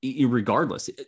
regardless